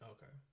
Okay